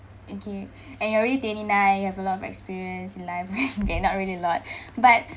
okay and you're already twenty-nine you have a lot of experience in life okay not really a lot but